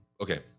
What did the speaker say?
Okay